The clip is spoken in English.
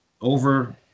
over